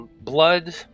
Blood